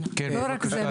לא רק זה,